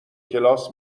کلاس